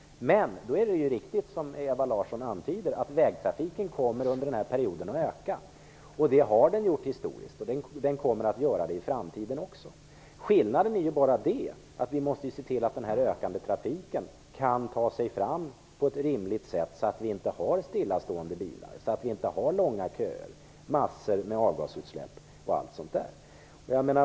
Det är riktigt som Ewa Larsson antyder att vägtrafiken kommer att öka under den här perioden. Den har gjort det i historien och kommer så att göra i framtiden också. Skillnaden är bara att vi måste se till att den här ökande trafiken kan ta sig fram på ett rimligt sätt så att vi inte får långa köer av stillastående bilar med stora mängder avgasutsläpp m.m.